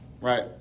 right